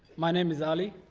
my name is ali.